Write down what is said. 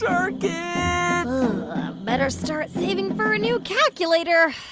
um better start saving for a new calculator.